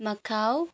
Macau